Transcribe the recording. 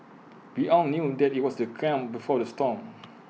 we all knew that IT was the calm before the storm